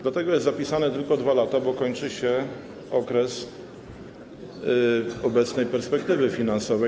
Dlatego jest zapisane tylko 2 lata, bo kończy się okres obecnej perspektywy finansowej.